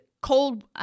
cold